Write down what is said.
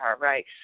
right